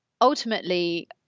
ultimately